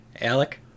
Alec